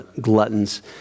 gluttons